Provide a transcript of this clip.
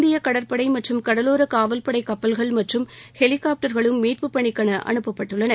இந்திய கடற்படை மற்றும் கடலோரக்காவல்படை கப்பல்கள் மற்றும் ஹெலிகாப்டர்களும் மீட்புப்பணிக்கென அனுப்பப்பட்டுள்ளன